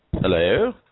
Hello